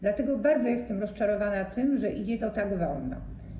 Dlatego bardzo jestem rozczarowana tym, że idzie to tak wolno.